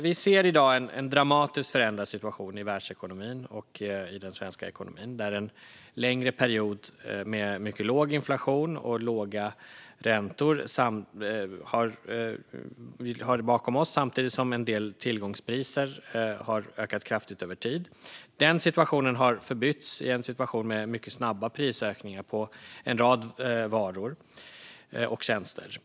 Vi ser i dag en dramatiskt förändrad situation i världsekonomin och i den svenska ekonomin, där vi har en längre period med mycket låg inflation och låga räntor bakom oss samtidigt som en del tillgångspriser har ökat kraftigt över tid. Denna situation har förbytts i en situation med mycket snabba prisökningar på en rad varor och tjänster.